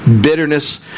bitterness